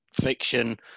fiction